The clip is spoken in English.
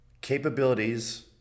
capabilities